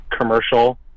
commercial